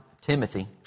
Timothy